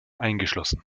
eingeschlossen